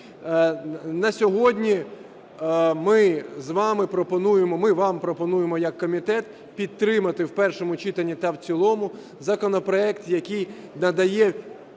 На сьогодні ми вам пропонуємо як комітет підтримати в першому читанні та в цілому законопроект, який надає